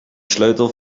sleutel